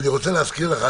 אני רוצה להזכיר לך,